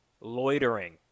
Loitering